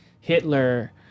Hitler